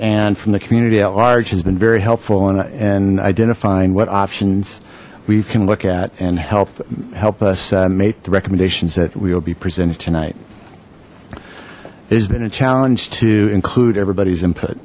and from the community at large has been very helpful in identifying what options we can look at and help help us make the recommendations that we will be presented tonight there's been a challenge to include everybody's input